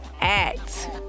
act